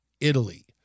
Italy